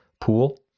pool